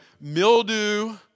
mildew